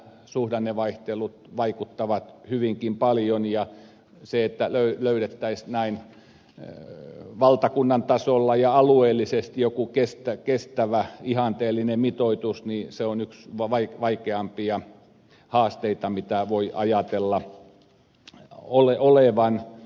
suhdannevaihtelut vaikuttavat hyvinkin paljon ja se että löydettäisiin näin valtakunnan tasolla ja alueellisesti jokin kestävä ihanteellinen mitoitus on yksi vaikeimpia haasteita mitä voi ajatella olevan